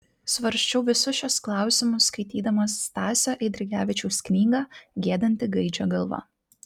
svarsčiau visus šiuos klausimus skaitydamas stasio eidrigevičiaus knygą giedanti gaidžio galva